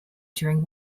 during